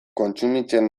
kontsumitzen